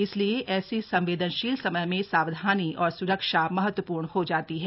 इसलिए ऐसे संवेदनशील समय में सावधानी और सुरक्षा महत्वपूर्ण हो जाती है